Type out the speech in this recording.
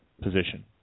position